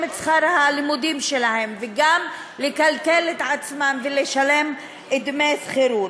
את שכר הלימוד שלהם וגם לכלכל את עצמם ולשלם דמי שכירות.